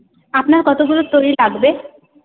আপনার কতগুলো তৈরি লাগবে